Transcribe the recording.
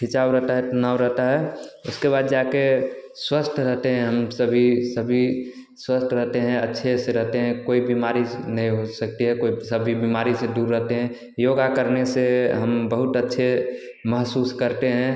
खिंचाव रहता है तनाव रहता है उसके बाद जा कर स्वस्थ रहते हैं हम सभी सभी स्वस्थ रहते हैं अच्छे से रहते हैं कोई बीमारी जैसे नहीं हो सकती है कोई सभी बीमारी से दूर रहते हैं योगा करने से हम बहुत अच्छे महसूस करते हैं